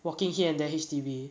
walking here and there the H_D_B